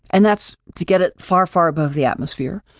and that's to get it far, far above the atmosphere.